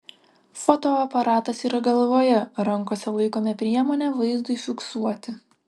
fotoaparatas yra galvoje rankose laikome priemonę vaizdui fiksuoti